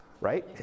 right